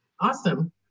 Awesome